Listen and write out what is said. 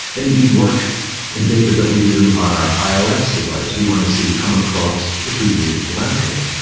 indeed work and data that we do on our ios device, we want to see come across if we move to android.